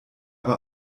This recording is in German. aber